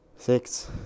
Six